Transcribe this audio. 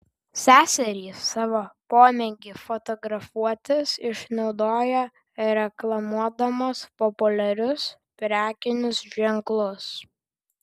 seserys savo pomėgį fotografuotis išnaudoja reklamuodamos populiarius prekinius ženklus